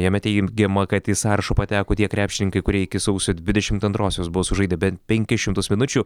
jame teigiama kad į sąrašą pateko tie krepšininkai kurie iki sausio dvidešimt antrosios buvo sužaidę bent penkis šimtus minučių